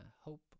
hope